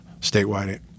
statewide